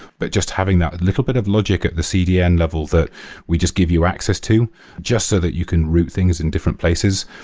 but just having that little bit of logic at the cdn level that we just give you access to just so that you can root things in different places.